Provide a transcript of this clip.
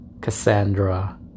cassandra